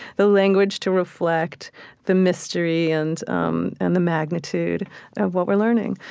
the language to reflect the mystery and um and the magnitude of what we're learning.